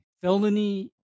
felony